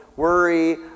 worry